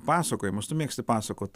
pasakojimas tu mėgsti pasakot